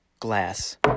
Glass